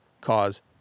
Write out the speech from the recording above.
cause